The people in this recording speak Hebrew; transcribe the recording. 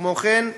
כמו כן,